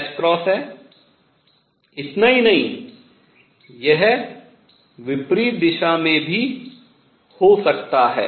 इतना ही नहीं यह विपरीत दिशा में भी हो सकता है